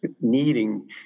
needing